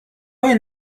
این